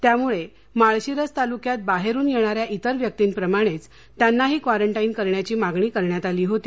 त्यामुळे माळशिरस तालुक्यात बाहेरून येणाऱ्या इतर व्यक्तींप्रमाणेच त्यांनाही क्वारंटाईन करण्याची मागणी करण्यात आली होती